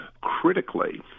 critically